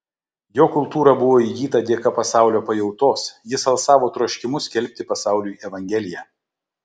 jo kultūra buvo įgyta dėka pasaulio pajautos jis alsavo troškimu skelbti pasauliui evangeliją